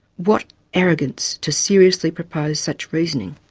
what arrogance to seriously propose such reasoning!